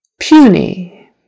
Puny